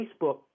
Facebook